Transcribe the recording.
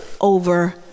over